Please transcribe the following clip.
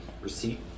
receipt